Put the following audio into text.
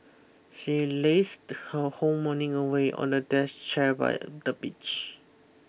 she lazed her whole morning away on a desk chair by the beach